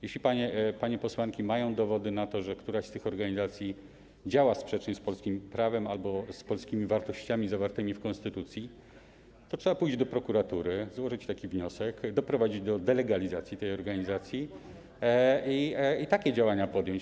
Jeśli panie posłanki mają dowody na to, że któraś z tych organizacji działa sprzecznie z polskim prawem albo z polskimi wartościami zawartymi w konstytucji, to trzeba pójść do prokuratury, złożyć taki wniosek, doprowadzić do delegalizacji tej organizacji i takie działania podjąć.